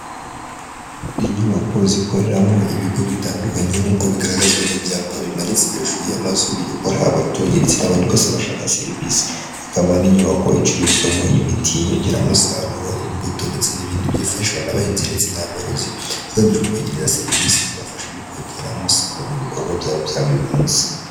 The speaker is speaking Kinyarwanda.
Inyubako zikoreramo ibigo bitandukanye nk'uko bigaragazwa n'ibyapa bimanitse hejuru y'amazu, biyobora abaturage ndetse n'abandi bose bashaka serivisi. Hakaba n'inyubako icururizwamo imiti, inyongeramusaruro, imbuto ndetse n'ibindi byifashishwa n'abahinzi ndetse n'aborozi, hagamije kwegereza serivisi zibafasha mu kongera umusaruro mu bikorwa byabo bya buri munsi.